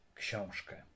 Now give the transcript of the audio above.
książkę